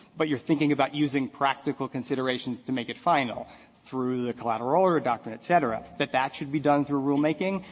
but you're thinking about using practical considerations to make it final through the collateral order doctrine, et cetera, that that should be done through rulemaking.